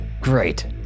great